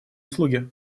услуги